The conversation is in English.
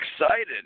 excited